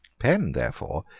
penn, therefore,